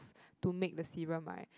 to make the serum right